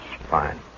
Fine